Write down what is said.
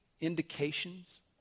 Indications